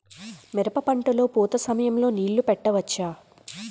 మిరప పంట లొ పూత సమయం లొ నీళ్ళు పెట్టవచ్చా?